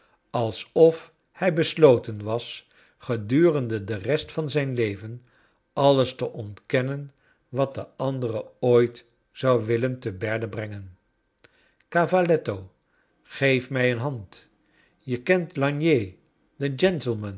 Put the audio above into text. alsof hij bei sloten was gedurende de rest van i zijn leven alles te ontkennen wat j de andere ooit zou willen te berde brengen j cavalletto geef mij een hand je kent lagnier den